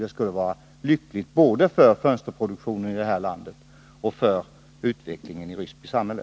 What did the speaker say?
Det vore lyckligt, både för fönsterproduktionen här i landet och för utvecklingen i Ryssby samhälle.